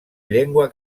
llengua